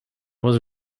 was